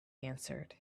answered